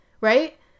right